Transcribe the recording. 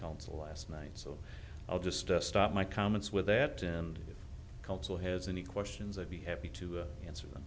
council last night so i'll just stop my comments with that and council has any questions i'd be happy to answer